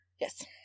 Yes